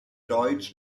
deutsch